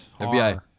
FBI